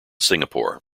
singapore